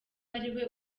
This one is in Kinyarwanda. ariwe